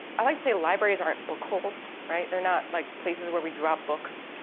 i like to say libraries aren't book holes. right, they're not, like, places where we drop books.